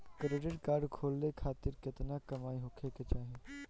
Credit card खोले खातिर केतना कमाई होखे के चाही?